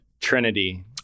Trinity